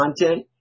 content